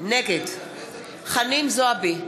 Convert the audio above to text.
נגד חנין זועבי,